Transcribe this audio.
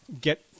get